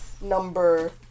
number